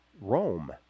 Rome